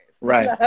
Right